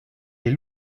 les